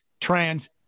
trans